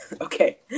Okay